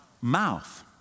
mouth